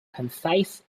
concise